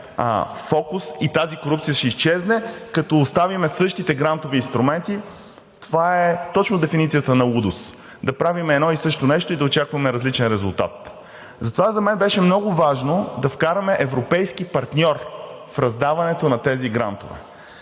фокус и тази корупция ще изчезне, като оставим същите грантови инструменти, това е точно дефиницията на лудост – да правим едно и също нещо и да очакваме различен резултат. Затова за мен беше много важно и европейски партньор в раздаването на тези грантове,